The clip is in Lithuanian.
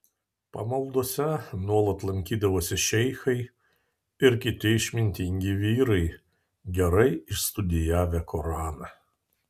pamaldose nuolat lankydavosi šeichai ir kiti išmintingi vyrai gerai išstudijavę koraną